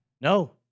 no